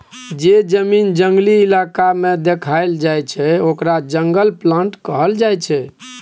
जे जमीन जंगली इलाका में देखाएल जाइ छइ ओकरा जंगल प्लॉट कहल जाइ छइ